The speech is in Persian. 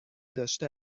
داشته